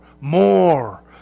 More